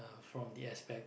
from the aspect